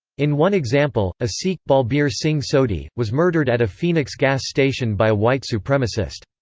in one example a sikh, balbir singh sodhi, was murdered at a phoenix gas station by a white supremacist.